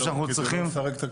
אדרבה, כדי לא לפרק את הקבוצה.